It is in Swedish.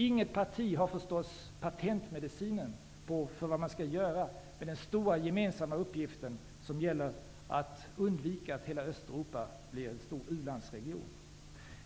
Inget parti har förstås patentmedicinen för vad man skall göra med den stora gemensamma uppgift som gäller att undvika att hela Östeuropa blir en stor u-landsregion.